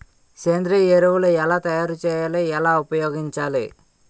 సేంద్రీయ ఎరువులు ఎలా తయారు చేయాలి? ఎలా ఉపయోగించాలీ?